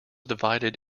divided